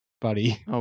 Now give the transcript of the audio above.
buddy